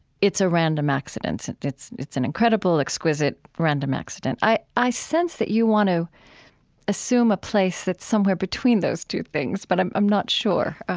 it's a random accident. it's it's an incredible, exquisite random accident. i i sense that you want to assume a place that's somewhere between those two things, but i'm i'm not sure,